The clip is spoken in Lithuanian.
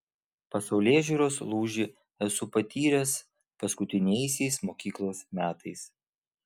pasaulėžiūros lūžį esu patyręs paskutiniaisiais mokyklos metais